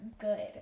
good